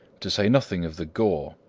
to say nothing of the gore.